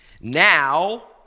Now